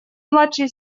младшей